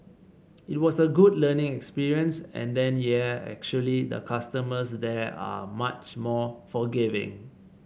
it was a good learning experience and then yeah actually the customers there are much more forgiving